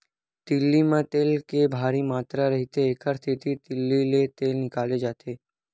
तिली म तेल के भारी मातरा रहिथे, एकर सेती तिली ले तेल निकाले जाथे